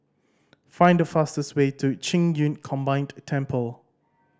find the fastest way to Qing Yun Combined Temple